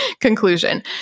conclusion